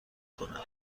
کند